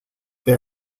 they